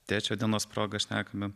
tėčio dienos proga šnekame